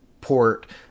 port